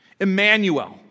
Emmanuel